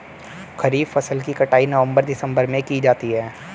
खरीफ फसल की कटाई नवंबर दिसंबर में की जाती है